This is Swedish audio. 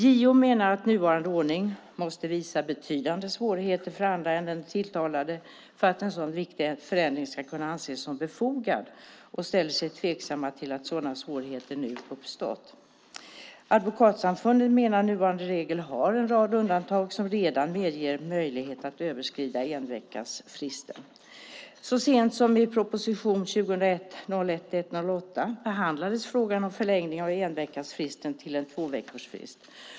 JO menar att nuvarande ordning måste medföra betydande svårigheter för andra än den tilltalade för att en så viktig förändring ska kunna anses vara befogad och ställer sig tveksam till om sådana svårigheter nu har uppstått. Advokatsamfundet menar att nuvarande regel har en rad undantag som redan medger möjlighet att överskrida enveckasfristen. Så sent som i proposition 2000/01:108 behandlades frågan om förlängning av enveckasfristen till en tvåveckorsfrist.